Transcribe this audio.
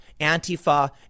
Antifa